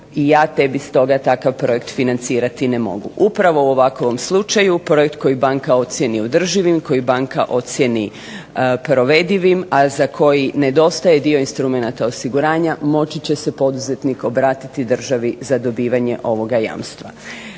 I ja tebi stoga takav projekt financirati ne mogu. Upravo u ovakovom slučaju projekt koji banka ocijeni održivim, koji banka ocijeni provedivim a za koji nedostaje dio instrumenata osiguranja moći će se poduzetnik obratiti državi za dobivanje ovoga jamstva.